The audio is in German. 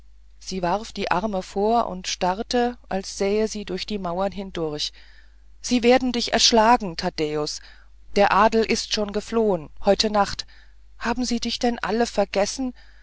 sie warf die arme vor und starrte als sähe sie durch die mauern hindurch sie werden dich erschlagen taddäus der adel ist schon geflohen heute nacht haben sie dich denn alle vergessen